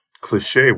cliche